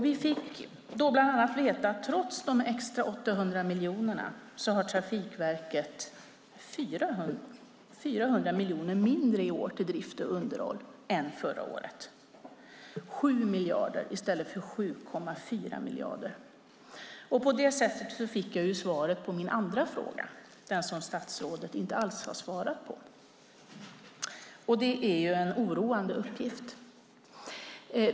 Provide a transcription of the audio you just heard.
Vi fick då bland annat veta att trots de extra 800 miljonerna har Trafikverket 400 miljoner mindre i år till drift och underhåll än förra året: 7 miljarder i stället för 7,4 miljarder. På det sättet fick jag svaret på min andra fråga - den som statsrådet inte alls har svarat på - och det är en oroande uppgift.